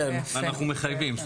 אנחנו מחייבים.